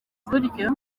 buryo